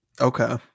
okay